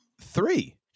Three